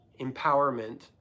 empowerment